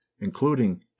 including